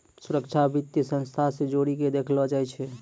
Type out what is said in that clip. सुरक्षा वित्तीय संस्था से जोड़ी के देखलो जाय छै